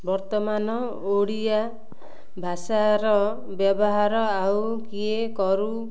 ବର୍ତ୍ତମାନ ଓଡ଼ିଆ ଭାଷାର ବ୍ୟବହାର ଆଉ କିଏ କରୁ